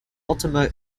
ultima